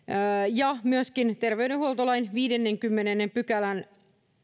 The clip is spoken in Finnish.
myöskin terveydenhuoltolain viidennenkymmenennen pykälän